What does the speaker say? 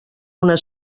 una